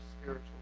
spiritual